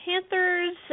Panthers